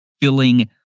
filling